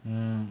ah